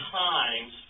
times